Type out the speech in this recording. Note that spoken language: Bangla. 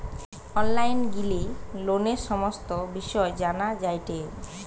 অনলাইন গিলে লোনের সমস্ত বিষয় জানা যায়টে